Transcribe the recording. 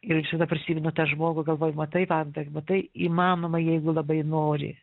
ir visada prisimenu tą žmogų galvoju matai vanda matai įmanoma jeigu labai nori